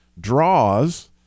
draws